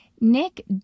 Nick